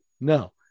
no